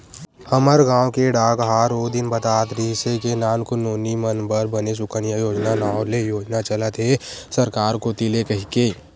हमर गांव के डाकहार ओ दिन बतात रिहिस हे के नानकुन नोनी मन बर बने सुकन्या योजना नांव ले योजना चलत हे सरकार कोती ले कहिके